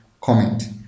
comment